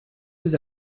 was